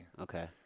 Okay